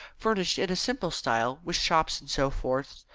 furnished in a simple style, with shops and so forth,